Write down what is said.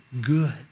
good